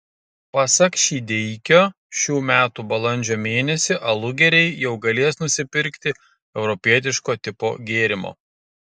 pasak šydeikio šių metų balandžio mėnesį alugeriai jau galės nusipirkti europietiško tipo gėrimo